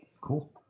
cool